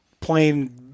plain